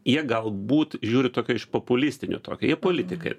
jie galbūt žiūri tokio iš populistinio tokio jie politikai